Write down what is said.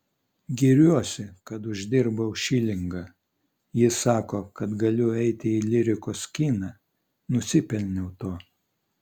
giriuosi kad uždirbau šilingą ji sako kad galiu eiti į lyrikos kiną nusipelniau to